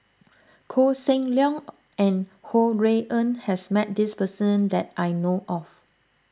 Koh Seng Leong and Ho Rui An has met this person that I know of